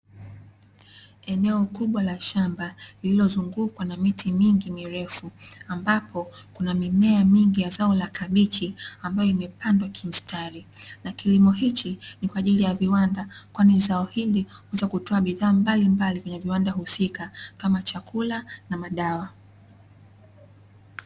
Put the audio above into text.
Eneo kubwa la shamba lililozungukwa na miti mingi mirefu, ambapo kuna mimea mingi ya zao la kabichi ambayo imepandwa kimstari. Na kilimo hichi ni kwa ajili ya viwanda, kwani zao hili huweza kutoa bidhaa mbalimbali kwenye viwanda husika, kama chakula na madawa.